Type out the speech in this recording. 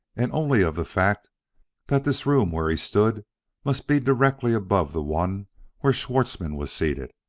and only of the fact that this room where he stood must be directly above the one where schwartzmann was seated.